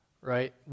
Right